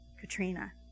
Katrina